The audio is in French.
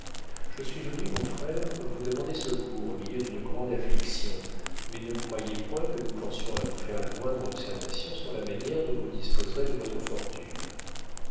je suis venue mon frère vous demander secours au milieu d'une grande affliction mais ne croyez point que nous pensions à vous faire la moindre observation sur la manière dont vous disposerez de votre fortune